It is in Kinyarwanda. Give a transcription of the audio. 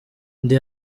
ndi